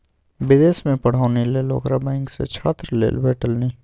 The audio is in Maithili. विदेशमे पढ़ौनी लेल ओकरा बैंक सँ छात्र लोन भेटलनि